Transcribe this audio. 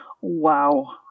Wow